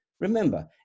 Remember